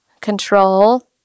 control